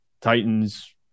Titans